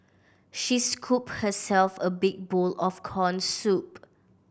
she scooped herself a big bowl of corn soup